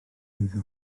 eiddo